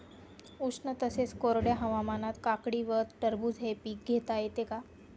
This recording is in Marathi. उष्ण तसेच कोरड्या हवामानात काकडी व टरबूज हे पीक घेता येते का?